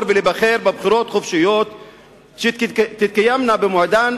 ולהיבחר בבחירות חופשיות שתתקיימנה במועדן,